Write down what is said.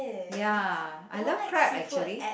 ya I love crab actually